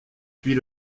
puis